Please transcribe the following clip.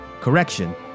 Correction